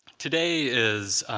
today is